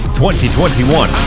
2021